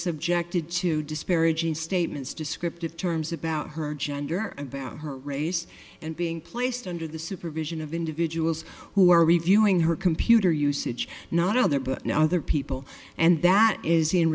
subjected to disparaging statements descriptive terms about her gender about her race and being placed under the supervision of individuals who are reviewing her computer usage not other but now other people and that is in